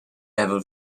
level